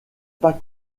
pas